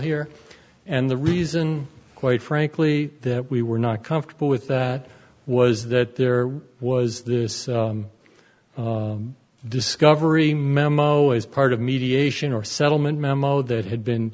here and the reason quite frankly that we were not comfortable with that was that there was this discovery memo as part of mediation or settlement memo that had been